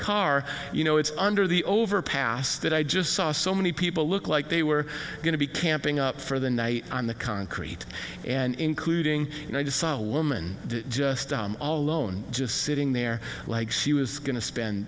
car you know it's under the overpass that i just saw so many people look like they were going to be camping up for the night on the concrete and including you know i just saw a woman just all alone just sitting there like she was going to spend